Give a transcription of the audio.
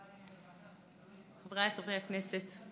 חבריי חברי הכנסת,